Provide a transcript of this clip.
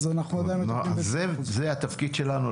אנחנו עדיין בבעיה --- זה התפקיד שלנו.